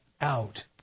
out